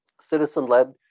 citizen-led